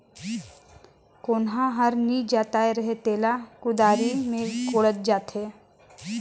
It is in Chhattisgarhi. कोनहा हर नी जोताए रहें तेला कुदारी मे कोड़ल जाथे